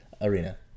arena